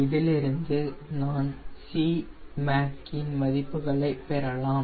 இதிலிருந்து நான் Cmac இன் மதிப்புகளை பெறலாம்